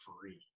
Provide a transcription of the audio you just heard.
free